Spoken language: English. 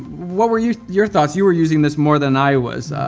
what were your your thoughts? you were using this more than i was.